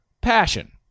PASSION